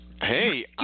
Hey